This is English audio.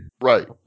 right